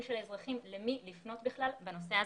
בקרב האזרחים בשאלה למי לפנות בכלל בנושא הזה.